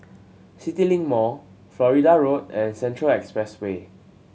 CityLink Mall Florida Road and Central Expressway